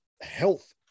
health